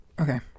Okay